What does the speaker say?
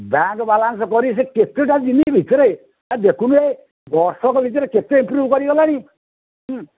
bank balance କରି ସେ କେତେଟା ଦିନ ଭିତରେ ଦେଖୁନୁ ବର୍ଷକ ଭିତରେ କେତେ ଇମ୍ପ୍ରୁଭ୍ କରିଗଲାଣି